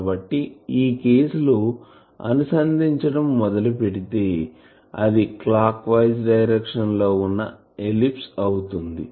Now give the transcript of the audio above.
కాబట్టి ఈ కేసు లో అనుసంధిచటం మొదలు పెడితే అది క్లాక్ వైస్ డైరెక్షన్ లో వున్న ఎలిప్స్ అవుతుంది